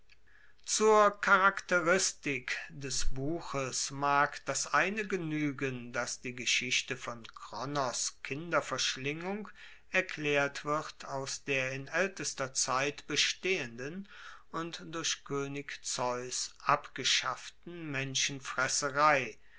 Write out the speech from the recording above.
zur charakteristik des buches mag das eine genuegen dass die geschichte von kronos kinderverschlingung erklaert wird aus der in aeltester zeit bestehenden und durch koenig zeus abgeschafften menschenfresserei